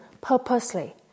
purposely